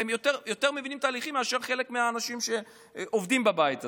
הם מבינים תהליכים יותר מאשר חלק מהאנשים שעובדים בבית הזה.